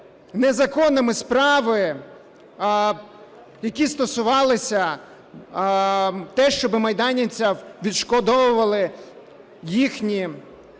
незаконними справи, які стосувались того, щоб майданівцям відшкодовували їхні,